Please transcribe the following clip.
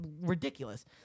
Ridiculous